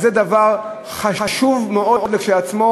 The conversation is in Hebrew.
זה דבר חשוב מאוד כשלעצמו,